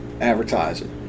advertising